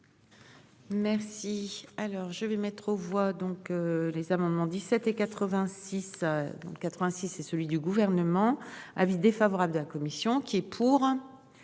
Merci. Alors je vais mettre aux voix donc les amendements, 17 et 86 dans 86 et celui du gouvernement, avis défavorable de la commission. Donc est pour.